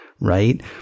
right